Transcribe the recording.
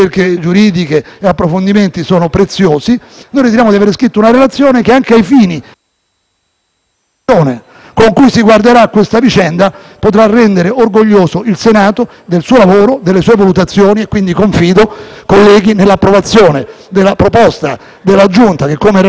con cui si guarderà questa vicenda, potrà rendere orgoglioso il Senato del suo lavoro e delle sue valutazioni. Confido, quindi, nei colleghi per l'approvazione della proposta della Giunta, che come relatore vi ho illustrato, di negare l'autorizzazione a procedere nei confronti del senatore e ministro Matteo Salvini.